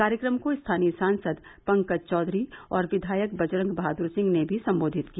कार्यक्रम को स्थानीय सांसद पंकज चौधरी और विधायक बजरंग बहादुर सिंह ने भी सम्बोधित किया